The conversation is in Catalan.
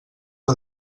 que